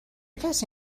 کسی